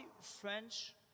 French